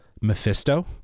Mephisto